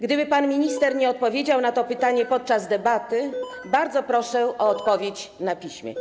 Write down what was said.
Gdyby pan minister nie odpowiedział na to pytanie podczas debaty, bardzo proszę o odpowiedź na piśmie.